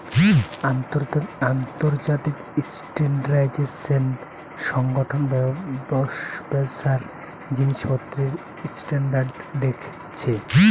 আন্তর্জাতিক স্ট্যান্ডার্ডাইজেশন সংগঠন ব্যবসার জিনিসপত্রের স্ট্যান্ডার্ড দেখছে